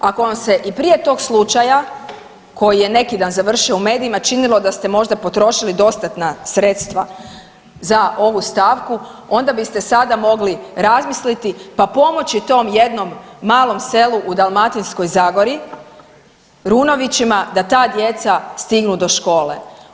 Ako vam se i prije tog slučaja koji je neki dan završio u medijima činilo da ste možda potrošili dostatna sredstva za ovu stavku onda biste sada mogli razmisliti pa pomoći tom jednom malom selu u Dalmatinskoj zagori, Runovićima, da ta djeca stignu do škole.